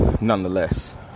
nonetheless